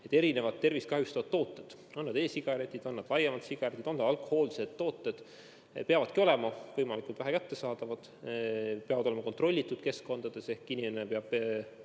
et erinevad tervist kahjustavad tooted, on nad e-sigaretid, on nad laiemalt sigaretid, on nad alkohoolsed tooted, peavadki olema võimalikult vähe kättesaadavad. Need peavad olema müügil kontrollitud keskkondades. Inimene ehk